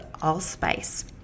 Allspice